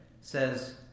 says